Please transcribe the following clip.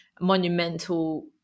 monumental